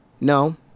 no